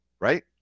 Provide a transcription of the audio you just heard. right